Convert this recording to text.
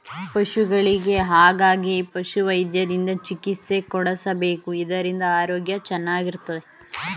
ಪಶುಗಳಿಗೆ ಹಾಗಾಗಿ ಪಶುವೈದ್ಯರಿಂದ ಚಿಕಿತ್ಸೆ ಕೊಡಿಸಬೇಕು ಇದರಿಂದ ಆರೋಗ್ಯ ಚೆನ್ನಾಗಿರುತ್ತದೆ